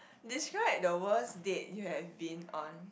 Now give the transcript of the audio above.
describe the worst date you have been on